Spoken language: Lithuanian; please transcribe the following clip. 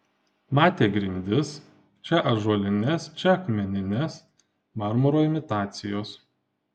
matė grindis čia ąžuolines čia akmenines marmuro imitacijos